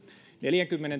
neljäkymmentä